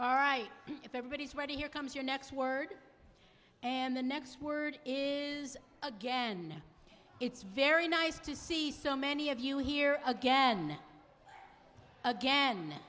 all right if everybody's ready here comes your next word and the next word is again it's very nice to see so many of you here again again